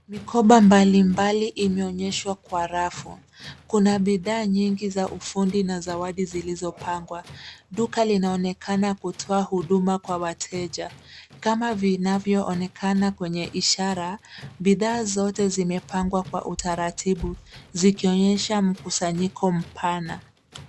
Mikoba mbalimbali imeonyeshwa kwa rafu. Kuna bidhaa nyingi za ufundi na zawadi zilizopangwa. Duka linaonekana kutoa huduma kwa wateja. Kama vinavyoonekana kwenye ishara, bidhaa zote zimepangwa kwa utaratibu, zikionyesha mkusanyiko mpana.